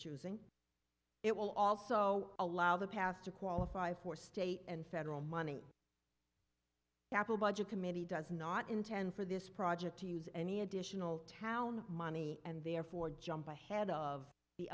choosing it will also allow the past to qualify for state and federal money apple budget committee does not intend for this project to use any additional town money and therefore jump ahead of the